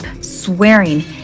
swearing